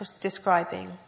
describing